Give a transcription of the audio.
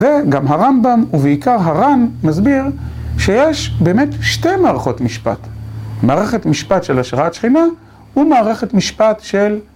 וגם הרמב״ם, ובעיקר הרן, מסביר שיש באמת שתי מערכות משפט. מערכת משפט של השראת שכינה, ומערכת משפט של...